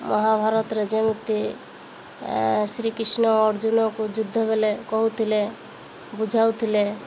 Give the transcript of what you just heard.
ମହାଭାରତରେ ଯେମିତି ଶ୍ରୀକୃଷ୍ଣ ଅର୍ଜୁନକୁ ଯୁଦ୍ଧ ବେଳେ କହୁଥିଲେ ବୁଝାଉଥିଲେ